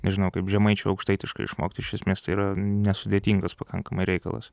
nežinau kaip žemaičiui aukštaitiškai išmokti iš esmės tai yra nesudėtingas pakankamai reikalas